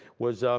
was